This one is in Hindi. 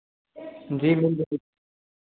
जी